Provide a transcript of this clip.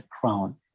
crown